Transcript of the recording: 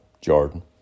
Jordan